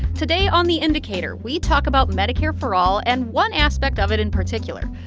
today on the indicator, we talk about medicare for all and one aspect of it in particular,